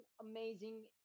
amazing